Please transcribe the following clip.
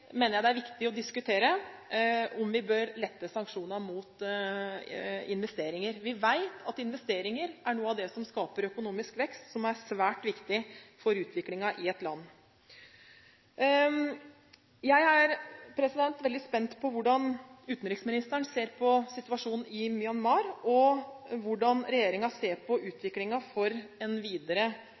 mener jeg det er viktig å diskutere om vi bør lette på sanksjonene mot investeringer. Vi vet at investeringer er noe av det som skaper økonomisk vekst, noe som er svært viktig for utviklingen i et land. Jeg er veldig spent på hvordan utenriksministeren ser på situasjonen i Myanmar, hvordan regjeringen ser på en videre utvikling av landet, og hvordan norsk politikk kan bidra på en